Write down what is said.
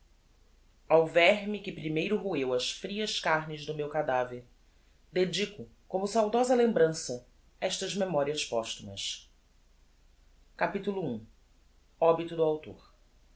cubas ao verme que primeiro roeu as frias carnes do meu cadaver dedico como saudosa lembrança estas memórias pósthumas capitulo i obito do autor